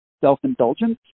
self-indulgence